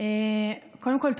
קודם כול,